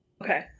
Okay